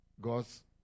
God's